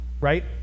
right